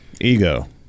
Ego